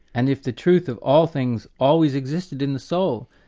and if the truth of all things always existed in the soul,